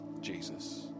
Jesus